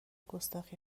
گستاخی